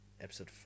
Episode